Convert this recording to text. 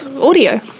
audio